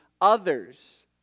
others